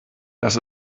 das